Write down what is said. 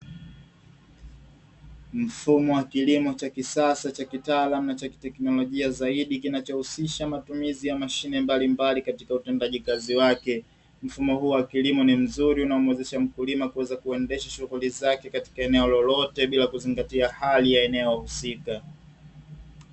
Mfumo wa kilimo cha kisasa cha kitaalamu na cha kiteknolojia zaidi kinachohusisha matumizi ya mashine mbalimbali katika utendaji kazi wake. Mfumo huu wa kilimo ni mzuri unaomwezesha mkulima kuweza kuendesha shughuli zake katika eneo lolote bila kuzingatia hali ya eneo husika.